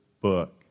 book